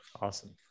Awesome